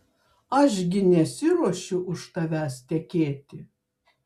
aš gi nesiruošiu už tavęs tekėti